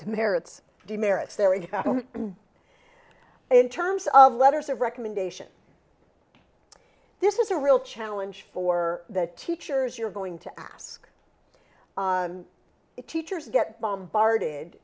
to merits or demerits there is in terms of letters of recommendation this is a real challenge for the teachers you're going to ask it teachers get bombarded